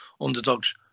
underdogs